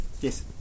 yes